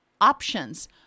options